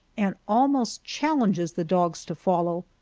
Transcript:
and almost challenges the dogs to follow.